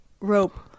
rope